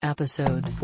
Episode